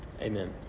Amen